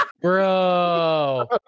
Bro